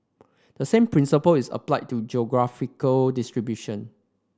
the same principle is applied to geographical distribution